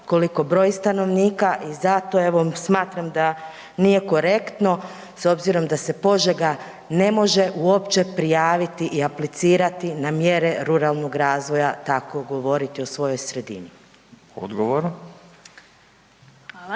koliko broji stanovnika i zato evo smatram da nije korektno s obzirom da se Požega ne može uopće prijaviti i aplicirati na mjere ruralnog razvoja, tako govoriti o svojoj sredini. **Radin, Furio